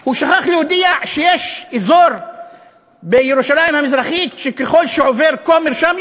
הוא שכח להודיע שיש אזור בירושלים המזרחית שככל שעובר כומר שם,